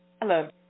Hello